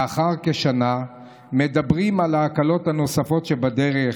לאחר כשנה מדברים על ההקלות הנוספות שבדרך,